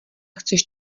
chceš